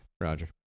Roger